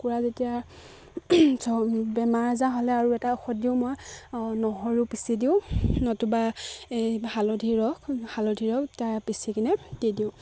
কুকুৰা যেতিয়া বেমাৰ আজাৰ হ'লে আৰু এটা ঔষধ দিওঁ মই নহৰু পিচি দিওঁ নতুবা এই হালধি ৰস হালধি ৰস তাৰ পিচি কিনে দি দিওঁ